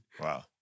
Wow